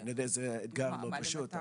אני יודע שזה אתגר לא פשוט,